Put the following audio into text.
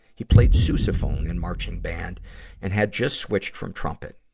he played sousaphone in marching band and had just switched from trumpet.